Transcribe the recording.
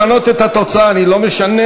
לשנות את התוצאה, אני לא משנה.